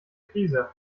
krise